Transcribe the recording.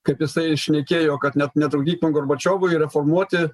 kaip jisai šnekėjo kad net netrukdyt gorbačiovui reformuoti